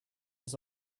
his